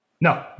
No